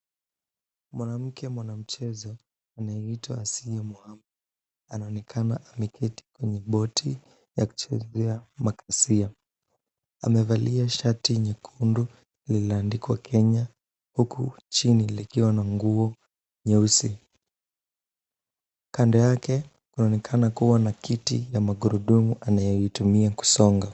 Mwanamke mwanamchezo anayeitwa Asiya Mohammed, anaonekana ameketi kwenye boti akichezea makasia. Amevalia shati nyekundu, lililoandikwa Kenya, huku chini likiwa na nguo nyeusi. Kando yake kunaonekana kuwa na kiti ya magurudumu anayoitumia kusonga.